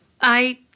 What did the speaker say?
I-